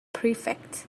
prefect